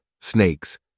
snakes